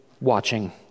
watching